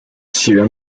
起源